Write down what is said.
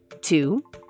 Two